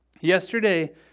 yesterday